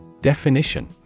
Definition